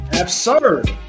Absurd